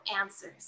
answers